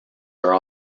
are